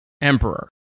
emperor